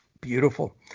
Beautiful